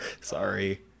Sorry